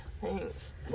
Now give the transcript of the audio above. Thanks